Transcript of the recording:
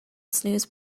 snooze